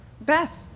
Beth